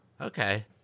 okay